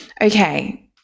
okay